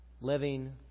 Living